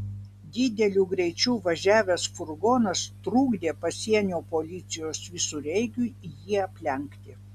dideliu greičiu važiavęs furgonas trukdė pasienio policijos visureigiui jį aplenkti